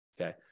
okay